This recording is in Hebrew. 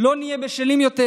לא נהיה בשלים יותר